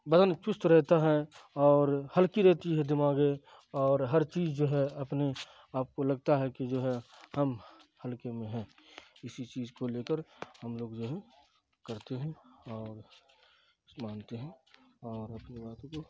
بدن چست رہتا ہے اور ہلکی رہتی ہے دماغے اور ہر چیز جو ہے اپنے آپ کو لگتا ہے کہ جو ہے ہم ہلکے میں ہیں اسی چیز کو لے کر ہم لوگ جو ہے کرتے ہیں اور مانتے ہیں اور اپنی باتوں کو